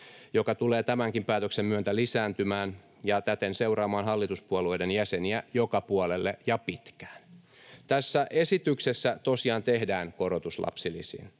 joka tulee tämänkin päätöksen myötä lisääntymään ja täten seuraamaan hallituspuolueiden jäseniä joka puolelle ja pitkään. Tässä esityksessä tosiaan tehdään korotus lapsilisiin.